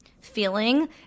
feeling